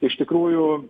iš tikrųjų